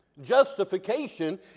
Justification